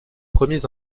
premiers